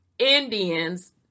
Indians